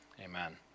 Amen